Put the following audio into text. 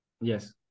Yes